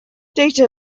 data